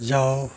जाओ